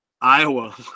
iowa